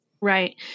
Right